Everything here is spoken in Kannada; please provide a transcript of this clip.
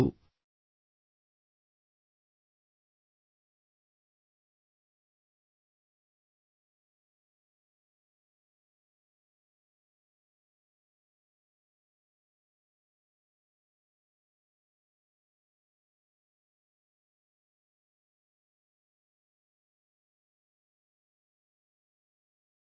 ಪ್ರಮುಖ ಪದಗಳು ಸಾಧನೆಯ ಅವಶ್ಯಕತೆ ಆಧ್ಯಾತ್ಮಿಕ ಬುದ್ಧಿವಂತಿಕೆ ಕ್ಷೇತ್ರ ಸ್ವಾತಂತ್ರ್ಯ ಪ್ರತಿಕೂಲತೆಯ ಧನಾತ್ಮಕ ಬಳಕೆ ಸಮಗ್ರತೆ